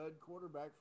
quarterback